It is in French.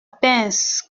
pince